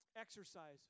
exercise